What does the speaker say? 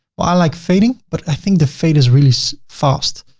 well, i like fading, but i think the fade is really so fast.